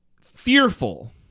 fearful